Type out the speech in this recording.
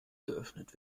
geöffnet